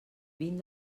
vint